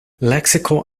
lexical